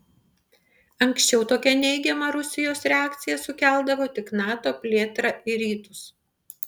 anksčiau tokią neigiamą rusijos reakciją sukeldavo tik nato plėtra į rytus